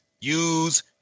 use